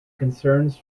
concerns